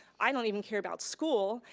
i don't even care about school,